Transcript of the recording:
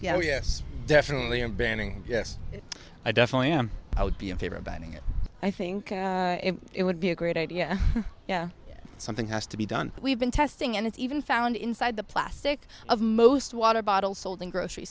yes definitely in banning yes i definitely am i would be in favor of banning it i think it would be a great idea yeah something has to be done we've been testing and it's even found inside the plastic of most water bottles sold in grocery